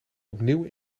opnieuw